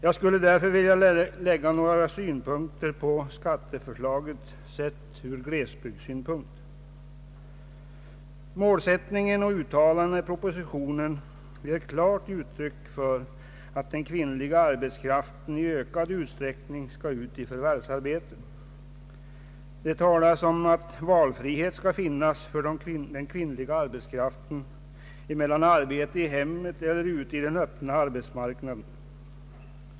Jag skulle därför vilja lägga några synpunkter på skatteförslaget sett ur glesbygdssynpunkt. Målsättningen och uttalandena i propositionen ger klart uttryck för att den kvinnliga arbetskraften i ökad utsträckning skall ut i förvärvsarbete. Det talas om att valfrihet skall finnas för den kvinnliga arbetskraften mellan arbete i hemmet och ute i den öppna arbets marknaden.